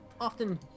often